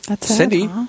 Cindy